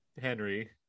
Henry